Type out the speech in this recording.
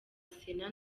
sena